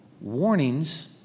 Warnings